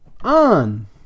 on